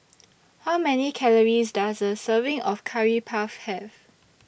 How Many Calories Does A Serving of Curry Puff Have